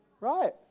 right